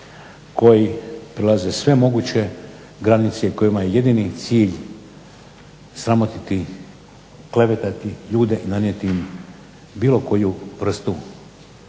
koji prelaze sve moguće granice i kojima je jedini cilj sramotiti, klevetati ljude i nanijeti im bilo koju vrstu